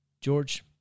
George